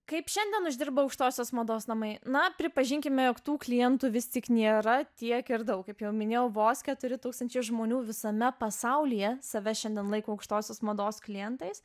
kaip šiandien uždirba aukštosios mados namai na pripažinkime jog tų klientų vis tik nėra tiek ir daug kaip jau minėjau vos keturi tūkstančiai žmonių visame pasaulyje save šiandien laiko aukštosios mados klientais